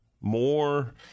more